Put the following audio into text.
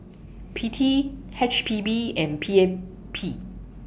P T H P B and P A P